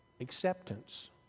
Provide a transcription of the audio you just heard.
acceptance